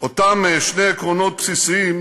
אותם שני עקרונות בסיסיים